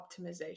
optimization